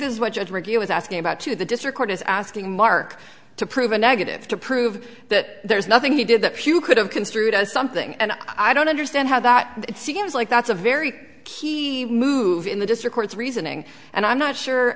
is asking about to the district court is asking mark to prove a negative to prove that there's nothing he did that pew could have construed as something and i don't understand how that seems like that's a very key move in the district court's reasoning and i'm not sure